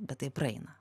bet tai praeina